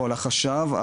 החשב,